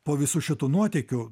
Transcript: po visų šitų nuotykių